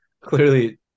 Clearly